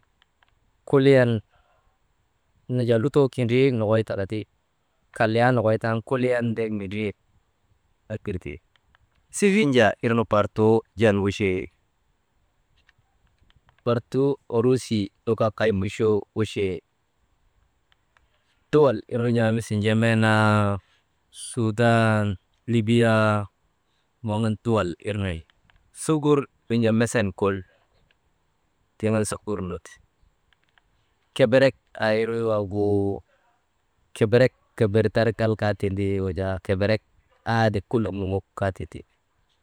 Kuliyan wirnu jaa lutoo kindrii nokoy tika ti kaliyaa nokoy tan kuliyan ndek mindrin aa kirtee ti, sifinjaa wirnu bartuu jan wochee, bortuu oruusii nu kaa kay muchoo wochee, duwal wirnu jaa misil njameenaa suudan, liyaa waŋ an duwal irnu wi, sugur nu jaa mesen kol tiŋ an sugur nu ti, keberek aa irik waagu, keberek keberdarŋal kaa tindi, wujaa keberek adik kula momok kaa tindi.